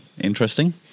Interesting